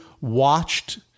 watched